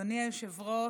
אדוני היושב-ראש,